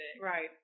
Right